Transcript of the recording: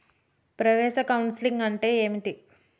ప్రవేశ కౌన్సెలింగ్ అంటే ఏమిటి?